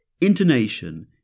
intonation